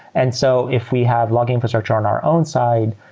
and so if we have logging infrastructure on our own side,